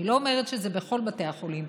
אני לא אומרת שזה בכל בתי החולים.